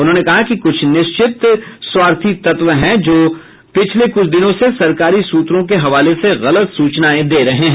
उन्होंने कहा कि कुछ निश्चित स्वार्थी तत्व हैं जो पिछले कुछ दिनों से सरकारी सूत्रों के हवाले से गलत सूचनाएं दे रहे हैं